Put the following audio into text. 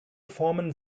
formen